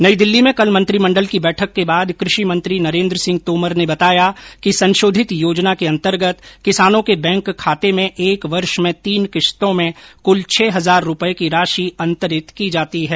नई दिल्ली में कल मंत्रिमंडल की बैठक के बाद क्रषि मंत्री नरेन्द्र सिंह तोमर ने बताया कि संशोधित योजना के अंतर्गत किसानों के बैंक खाते में एक वर्ष में तीन किस्तों में क्ल छह हजार रुपये की राशि अंतरित की जाती है